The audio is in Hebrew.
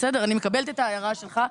אני מקבלת את ההערה שלך,